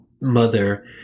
mother